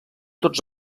tots